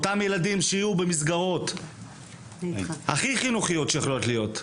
אותם ילדים שיהיו במסגרות הכי חינוכיות שיכולות להיות,